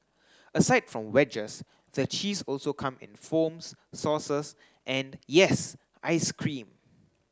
aside from wedges the cheese also come in foams sauces and yes ice cream